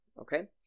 Okay